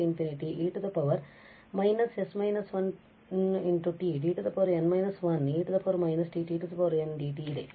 ನೊಂದಿಗೆ ಉಳಿಯುತ್ತೇವೆ ತದನಂತರ 0 e −s−1t d n−1e −t t n dt ಇದೆ